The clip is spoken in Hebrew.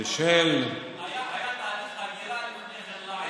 היה תהליך הגירה לפני כן לעיר,